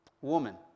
Woman